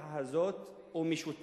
המשפחה הזו משותק